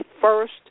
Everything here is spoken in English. first